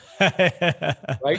right